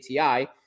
ATI